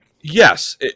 yes